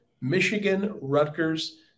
Michigan-Rutgers